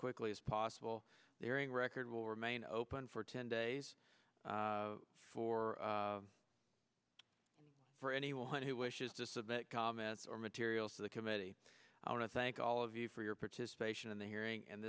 quickly as possible during record will remain open for ten days for for anyone who wishes to submit comments or materials to the committee i want to thank all of you for your participation in the hearing and